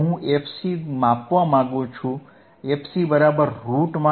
જો હું fC માપવા માંગુ છું fC√fLfH